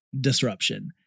disruption